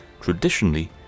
Traditionally